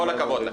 כל הכבוד לך.